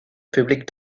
public